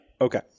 Okay